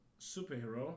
superhero